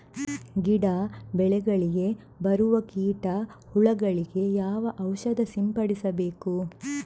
ಗಿಡ, ಬೆಳೆಗಳಿಗೆ ಬರುವ ಕೀಟ, ಹುಳಗಳಿಗೆ ಯಾವ ಔಷಧ ಸಿಂಪಡಿಸಬೇಕು?